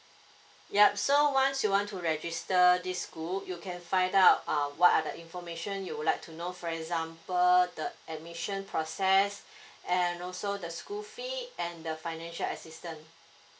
yup so once you want to register a this school you can find out uh what are the information you would like to know for example the admission process and also the school fee and the financial assistance